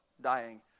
dying